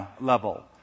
level